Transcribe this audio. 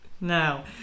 Now